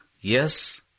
yes